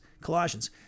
colossians